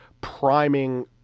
priming